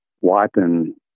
wiping